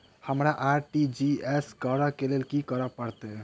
हमरा आर.टी.जी.एस करऽ केँ लेल की करऽ पड़तै?